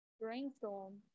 brainstorm